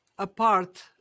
apart